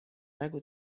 نگو